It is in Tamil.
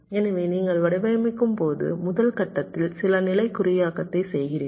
எனவே நீங்கள் வடிவமைக்கும்போது முதல் கட்டத்தில் சில நிலை குறியாக்கத்தை செய்கிறீர்கள்